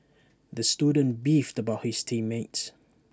the student beefed about his team mates